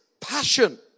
passion